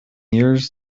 years